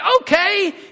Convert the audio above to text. Okay